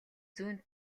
зүүн